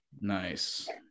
nice